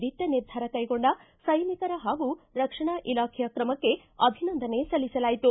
ದಿಟ್ಟ ನಿರ್ಧಾರ ಕೈಗೊಂಡ ಸೈನಿಕರ ಹಾಗೂ ರಕ್ಷಣಾ ಇಲಾಖೆಯ ಕ್ರಮಕ್ಕೆ ಅಭಿನಂದನೆ ಸಲ್ಲಿಸಲಾಯಿತು